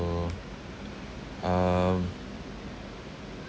~o um